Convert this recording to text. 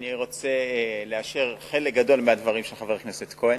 אני רוצה לאשר חלק גדול מהדברים של חבר הכנסת כהן,